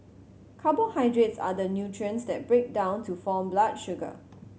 carbohydrates are the nutrients that break down to form blood sugar